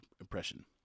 impression